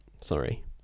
Sorry